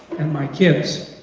and my kids,